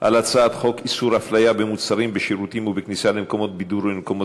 על הצעת חוק הפיקוח על שירותים פיננסיים (ביטוח) (תיקון מס'